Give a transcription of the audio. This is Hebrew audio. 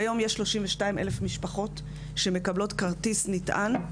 כיום יש 32 אלף משפחות שמקבלות כרטיס נטען,